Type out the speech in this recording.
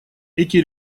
эти